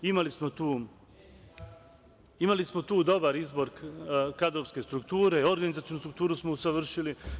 Imali smo tu dobar izbor kadrovske strukture, organizacionu strukturu smo usavršili.